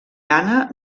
ghana